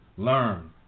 Learn